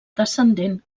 descendent